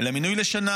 אלא מינוי לשנה.